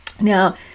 Now